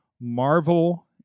Marvel